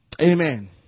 Amen